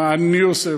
מה אני עושה,